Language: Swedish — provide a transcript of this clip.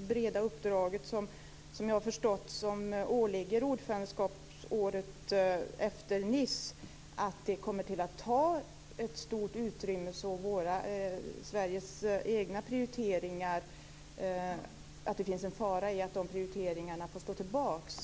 breda uppdrag som åligger ordförandeåret efter Nice att det kommer att ta ett så stort utrymme att Sveriges egna prioriteringar får stå tillbaka?